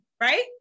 right